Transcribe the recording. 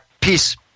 Peace